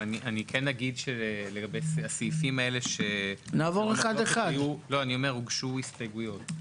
לסעיפים האלה הוגשו הסתייגויות.